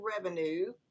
revenue